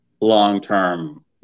long-term